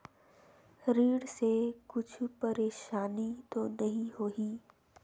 ऋण से कुछु परेशानी तो नहीं होही?